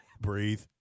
Breathe